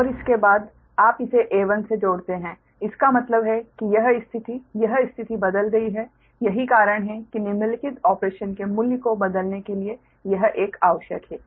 और इसके बाद आप इसे A1 से जोड़ते हैं इसका मतलब है कि यह स्थिति यह स्थिति बदल गई है यही कारण है कि निम्नलिखित ऑपरेशन के मूल्य को बदलने के लिए यह 1 आवश्यक हैं